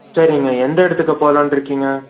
சரிங்க எந்த இடத்துக்கு போலான் இருக்கிங்க